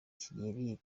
kigeli